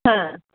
हां